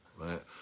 right